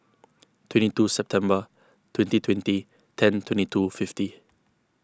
twenty two September twenty twenty ten twenty two fifty